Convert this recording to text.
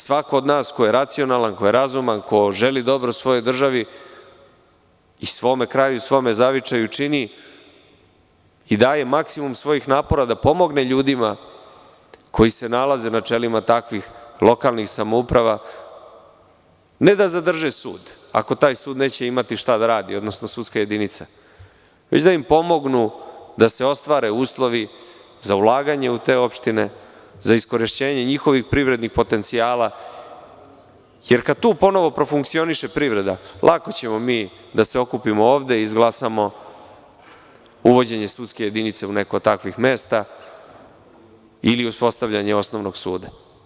Svako od nas ko je racionalan, ko je razuman, ko želi dobro svojoj državi i svome kraju, svome zavičaju čini i daje maksimum svojih napora da pomogne ljudima koji se nalaze na čelima takvih lokalnih samouprava, ne da zadrže sud ako taj sud neće imati šta da radi, odnosno sudska jedinica, već da im pomognu da se ostvare uslovi za ulaganje u te opštine, za iskorišćenje njihovih privrednih potencijala, jer kad tu ponovo profunkcioniše privreda, lako ćemo mi da seokupimo ovde i izglasamo uvođenje sudske jedinice u neko od takvih mesta ili uspostavljanje osnovnog suda.